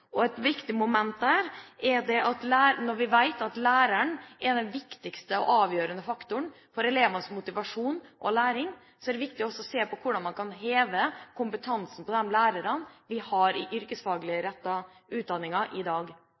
Et moment her er at når vi vet at læreren er den viktigste og mest avgjørende faktoren for elevenes motivasjon og læring, er det viktig også å se på hvordan man kan heve kompetansen til de lærerne vi har i den yrkesfaglige utdanningen i dag.